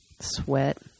Sweat